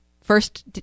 first